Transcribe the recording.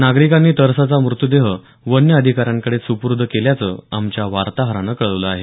नागरिकांनी तरसाचा मृतदेह वन्य अधिकाऱ्यांकडे सुपूर्द केल्याचं आमच्या वार्ताहरानं कळवलं आहे